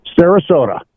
sarasota